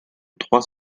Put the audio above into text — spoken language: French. trois